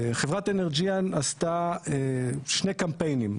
חברת אנרג'יאן עשתה שני קמפיינים.